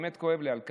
באמת כואב לי על כך.